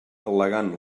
al·legant